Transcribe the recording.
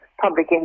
public